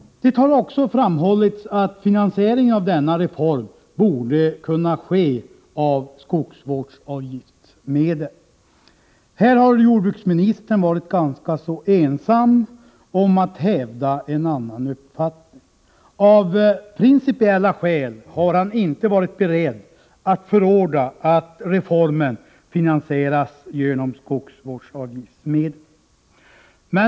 Det har också framhållits att finansieringen av denna reform borde kunna ske med skogsvårdsavgiftsmedel. Här har jordbruksministern varit ganska ensam om att hävda en annan uppfattning. Av principiella skäl har han inte varit beredd att förorda att reformen finansieras genom skogsvårdsavgiftsmedel.